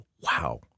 Wow